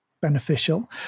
beneficial